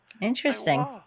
Interesting